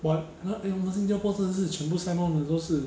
but 他 eh 我们新加坡真的是全部 sign on 的都是